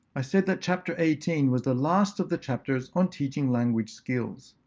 i said that chapter eighteen was the last of the chapters on teaching language skills.